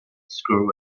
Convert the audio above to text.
screw